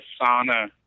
sauna